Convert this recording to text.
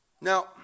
Now